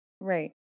right